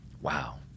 Wow